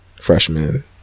freshman